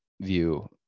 view